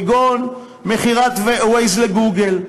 כגון מכירת Waze ל"גוגל",